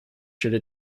should